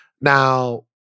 now